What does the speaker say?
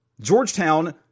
Georgetown